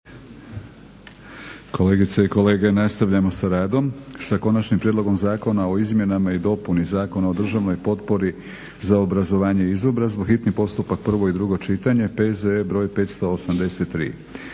Dragica (SDP)** Prelazimo na Konačni prijedlog zakona o izmjenama i dopuni Zakona o državnoj potpori za obrazovanje i izobrazbu, hitni postupak, prvo i drugo čitanje, P.Z.E. br. 583.